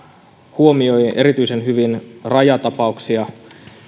huomioi erityisen hyvin rajatapauksia